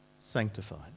sanctified